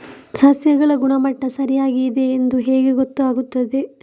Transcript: ಸಸ್ಯಗಳ ಗುಣಮಟ್ಟ ಸರಿಯಾಗಿ ಇದೆ ಎಂದು ಹೇಗೆ ಗೊತ್ತು ಆಗುತ್ತದೆ?